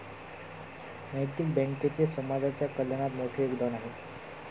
नैतिक बँकेचे समाजाच्या कल्याणात मोठे योगदान आहे